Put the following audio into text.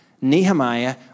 Nehemiah